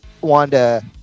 Wanda